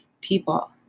people